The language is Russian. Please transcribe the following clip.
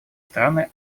страны